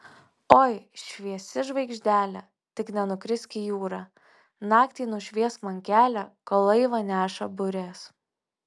oi šviesi žvaigždele tik nenukrisk į jūrą naktį nušviesk man kelią kol laivą neša burės